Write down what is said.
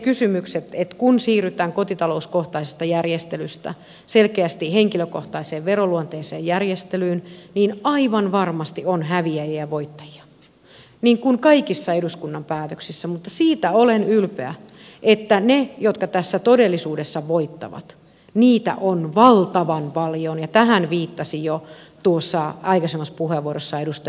niissä kysymyksissä kun siirrytään kotita louskohtaisesta järjestelystä selkeästi henkilökohtaiseen veroluonteiseen järjestelyyn aivan varmasti on häviäjiä ja voittajia niin kuin kaikissa eduskunnan päätöksissä mutta siitä olen ylpeä että niitä jotka tässä todellisuudessa voittavat on valtavan paljon ja tähän viittasi jo aikaisemmassa puheenvuorossa edustaja ruohonen lerner